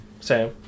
Sam